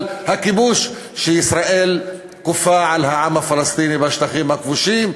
הכיבוש שישראל כופה על העם הפלסטיני בשטחים הכבושים.